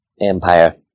Empire